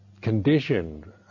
conditioned